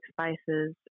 spaces